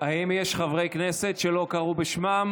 האם יש חברי כנסת שלא קראו בשמם?